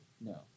no